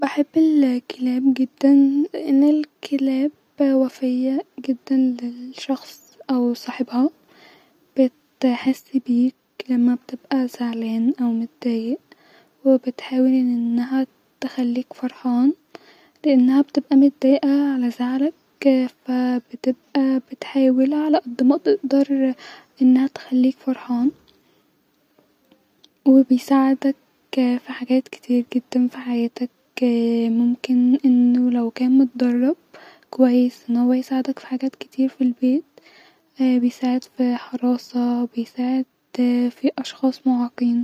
احب السفر بالعربيه-لانها بتبقي اكتر امان بالنسبالي-واكتر-راحه